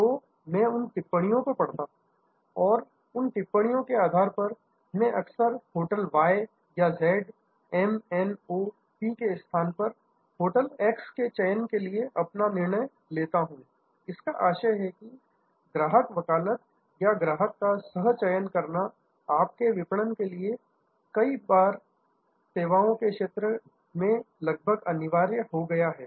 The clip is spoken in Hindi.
तो मैं उन टिप्पणियों को पढ़ता हूं और उन टिप्पणियों के आधार पर मैं अक्सर होटल Y या Z या M N O P के स्थान पर होटल एक्स के चयन के लिए अपना निर्णय लेता हूं इसका आशय है कि ग्राहक वकालत या ग्राहक का सह चयन करना आपके विपणन के लिए अब कई सेवाओं के क्षेत्र में लगभग अनिवार्य हो गया है